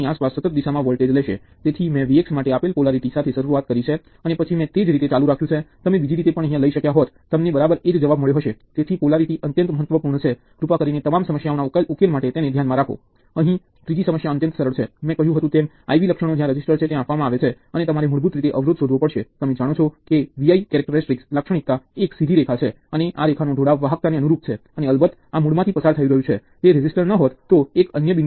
એક ટર્મિનલ તત્વનું બીજા તત્વોના ટર્મિનલ સાથે જોડાણ અથવા મૂળભૂત રીતે અગત્યની સ્થિતિ એ છે કે ત્યાં જોડાયેલ હોવું